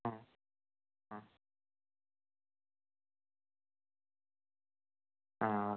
ആ ആ ആ ഓക്കെ